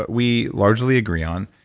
we largely agree on.